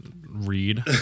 read